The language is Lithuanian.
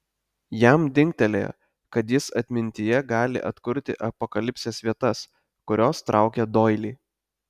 jam dingtelėjo kad jis atmintyje gali atkurti apokalipsės vietas kurios traukė doilį